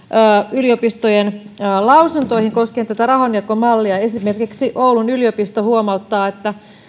yliopistojen lausuntoihin koskien tätä rahanjakomallia esimerkiksi oulun yliopisto huomauttaa että